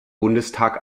bundestag